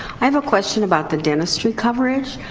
i have a question about the dentistry coverage.